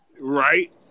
Right